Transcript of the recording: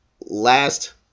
last